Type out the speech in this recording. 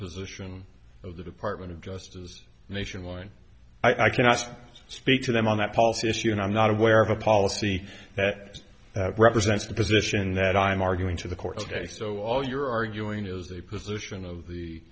position of the department of justice nationwide i can ask to speak to them on that policy issue and i'm not aware of a policy that represents the position that i'm arguing to the court today so all you're arguing is the position of